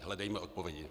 Hledejme odpovědi.